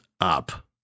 up